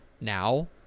Now